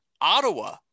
Ottawa